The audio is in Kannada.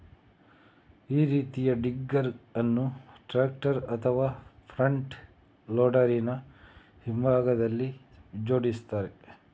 ಈ ರೀತಿಯ ಡಿಗ್ಗರ್ ಅನ್ನು ಟ್ರಾಕ್ಟರ್ ಅಥವಾ ಫ್ರಂಟ್ ಲೋಡರಿನ ಹಿಂಭಾಗದಲ್ಲಿ ಜೋಡಿಸ್ತಾರೆ